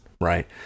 Right